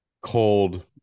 cold